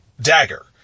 dagger